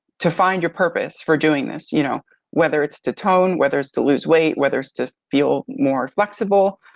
to find your purpose for doing this. you know whether it's to tone, whether it's to lose weight, whether it's to feel more flexible.